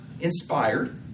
inspired